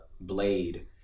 Blade